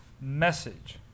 message